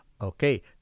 Okay